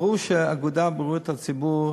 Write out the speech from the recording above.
ברור שבאגודה לבריאות הציבור